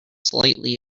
slightly